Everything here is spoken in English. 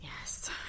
Yes